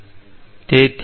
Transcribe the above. તેથી